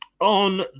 On